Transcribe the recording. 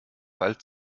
bald